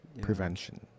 prevention